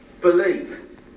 believe